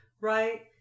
right